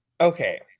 Okay